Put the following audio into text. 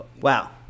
Wow